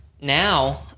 now